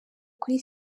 kuri